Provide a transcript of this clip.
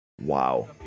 Wow